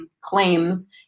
claims